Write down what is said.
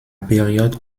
période